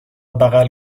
بغل